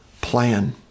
plan